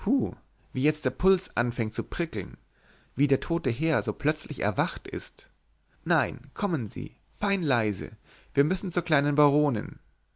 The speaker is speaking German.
wie jetzt der puls anfängt zu prickeln wie der tote herr so plötzlich erwacht ist nein kommen sie fein leise wir müssen zur kleinen baronin